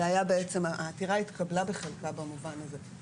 והעתירה התקבלה בחלקה במובן הזה.